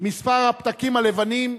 מספר הפתקים הלבנים,